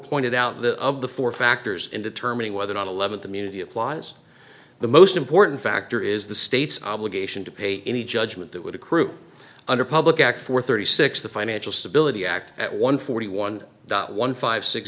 pointed out the of the four factors in determining whether nine eleven community applies the most important factor is the state's obligation to pay any judgment that would accrue under public act four thirty six the financial stability act at one forty one one five six